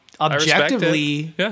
objectively